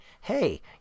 Hey